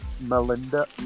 Melinda